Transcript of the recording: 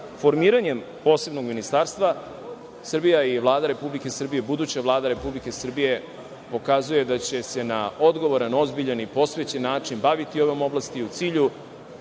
formiranjem posebnog ministarstva Srbija i Vlada Republike Srbije, buduća Vlada Republike Srbije pokazuje da će se na odgovoran, ozbiljan i posvećen način baviti ovom oblasti u cilju